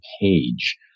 page